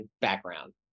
background